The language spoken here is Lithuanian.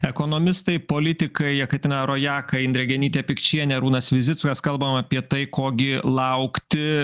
ekonomistai politikai jekaterina rojaka indrė genytė pikčienė arūnas vizickas kalbam apie tai ko gi laukti